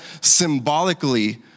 symbolically